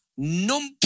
No